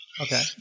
okay